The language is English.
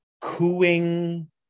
cooing